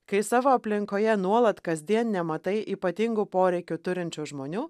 kai savo aplinkoje nuolat kasdien nematai ypatingų poreikių turinčių žmonių